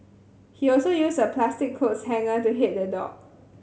he also used a plastic clothes hanger to hit the dog